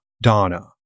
Donna